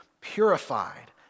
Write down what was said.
purified